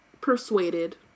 persuaded